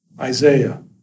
Isaiah